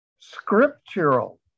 scriptural